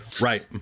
Right